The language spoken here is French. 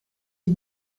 une